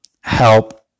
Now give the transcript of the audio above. help